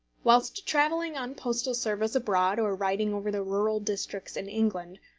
whilst travelling on postal service abroad, or riding over the rural districts in england,